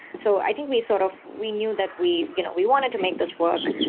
so i think we sort of we knew that we you know we wanted to make this work.